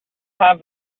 have